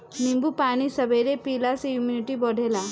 नींबू पानी सबेरे पियला से इमुनिटी बढ़ेला